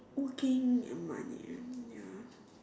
working for money ya